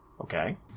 Okay